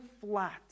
flat